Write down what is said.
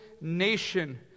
nation